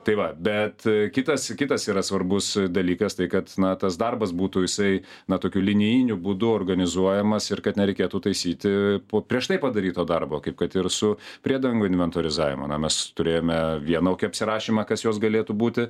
tai va bet kitas kitas yra svarbus dalykas tai kad na tas darbas būtų jisai na tokiu linijiniu būdu organizuojamas ir kad nereikėtų taisyti po prieš tai padaryto darbo kaip kad ir su priedangų inventorizavimu na mes turėjome vienokį apsirašymą kas jos galėtų būti